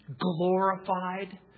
glorified